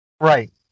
Right